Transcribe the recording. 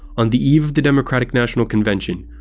on the eve of the democratic national convention,